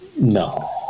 No